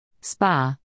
Spa